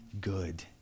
good